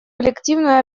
коллективную